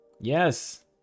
Yes